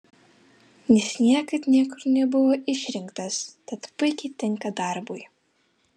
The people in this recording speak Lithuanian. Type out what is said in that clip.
jis niekad niekur nebuvo išrinktas tad puikiai tinka darbui